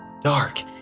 dark